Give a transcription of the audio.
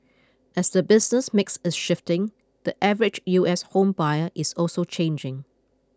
as the business mix is shifting the average U S home buyer is also changing